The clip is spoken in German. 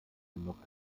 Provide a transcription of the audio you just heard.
noch